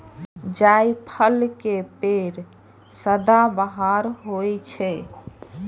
जायफल के पेड़ सदाबहार होइ छै